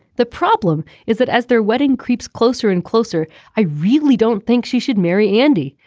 the problem is that as their wedding creeps closer and closer i really don't think she should marry andy.